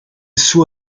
suo